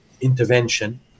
intervention